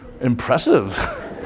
impressive